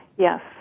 Yes